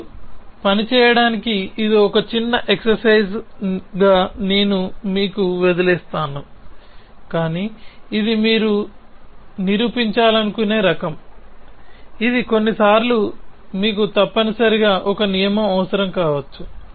మీరు పని చేయడానికి ఇది ఒక చిన్న ఎక్స్ సైజుగా నేను వదిలివేస్తాను కానీ ఇది మీరు నిరూపించాలనుకునే రకం ఇది కొన్నిసార్లు మీకు తప్పనిసరిగా ఒక నియమం అవసరం కావచ్చు